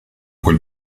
quel